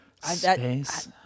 space